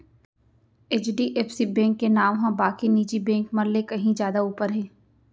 HDFC bank के नांव ह बाकी निजी बेंक मन ले कहीं जादा ऊपर हे